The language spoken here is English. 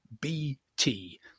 bt